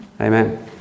Amen